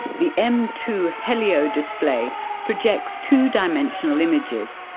the m two heliodisplay projects two-dimensional images,